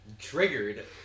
triggered